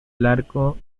largo